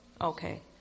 Okay